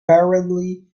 apparently